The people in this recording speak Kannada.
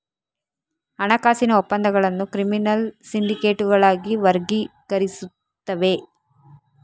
ಹಣಕಾಸಿನ ಒಪ್ಪಂದಗಳನ್ನು ಕ್ರಿಮಿನಲ್ ಸಿಂಡಿಕೇಟುಗಳಾಗಿ ವರ್ಗೀಕರಿಸುತ್ತವೆ